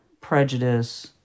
prejudice